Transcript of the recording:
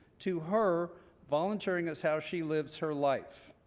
to her volunteering is how she lives her life.